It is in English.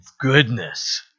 goodness